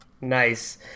Nice